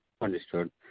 Understood